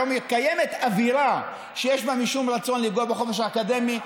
היום קיימת אווירה שיש בה משום רצון לפגוע בחופש האקדמי.